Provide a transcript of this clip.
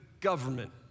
government